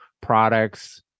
products